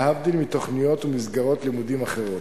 להבדיל מתוכניות ומסגרות לימודים אחרות.